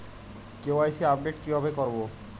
KYC update কিভাবে করবো?